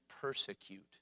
persecute